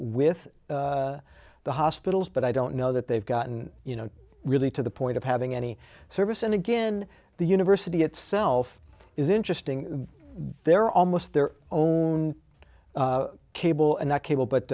with the hospitals but i don't know that they've gotten you know really to the point of having any service and again the university itself is interesting they're almost their own cable and the cable but